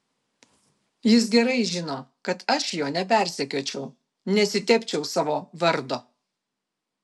jis gerai žino kad aš jo nepersekiočiau nesitepčiau savo vardo